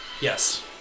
yes